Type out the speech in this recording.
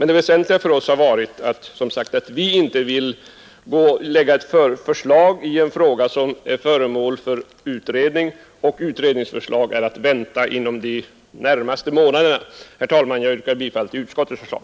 Det väsentliga för oss har varit att man inte bör framlägga ett förslag i en fråga som är föremål för utredning och där utredningsförslag är att vänta inom de närmaste månaderna. Herr talman! Jag yrkar bifall till utskottets förslag.